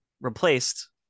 replaced